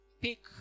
pick